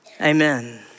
amen